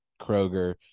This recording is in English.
Kroger